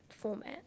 format